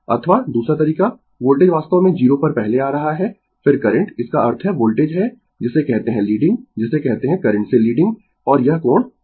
अथवा दूसरा तरीका वोल्टेज वास्तव में 0 पर पहले आ रहा है फिर करंट इसका अर्थ है वोल्टेज है जिसे कहते है लीडिंग जिसे कहते है करंट से लीडिंग और यह कोण ϕ